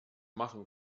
machen